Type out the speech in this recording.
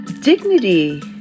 Dignity